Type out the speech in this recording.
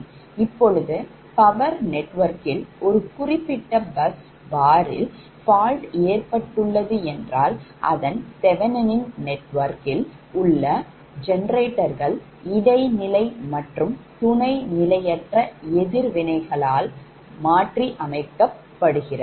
இப்போது power நெட்வொர்க்கில் ஒரு குறிப்பிட்ட bus barல் fault ஏற்பட்டுள்ளது என்றால் அதன் தெவெனின் நெட்வொர்க்கில் உள்ள ஜெனரேட்டர்கள் இடைநிலை மற்றும் துணை நிலையற்ற எதிர்வினைகளால் மாற்றியமைக்கிறது